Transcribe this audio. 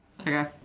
Okay